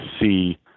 see